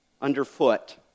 underfoot